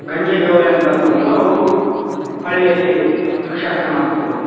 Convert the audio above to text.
ಗಂಗೆ ಗೌರಿ ಅಂತ ತೊಗೊಂಡು ಅವರು ಹಳ್ಳಿಯಲ್ಲಿ ಭಿಕ್ಷಾಟನೆ ಮಾಡ್ತಿದ್ರವರು